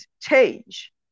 change